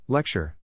Lecture